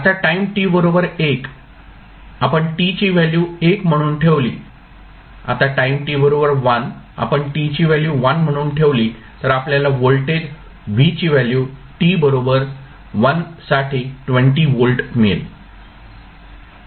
आता time t बरोबर 1 आपण t ची व्हॅल्यू 1 म्हणून ठेवली तर आपल्याला व्होल्टेज V ची व्हॅल्यू t बरोबर 1 साठी 20 व्होल्ट मिळेल